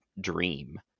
dream